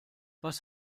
was